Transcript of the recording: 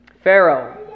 Pharaoh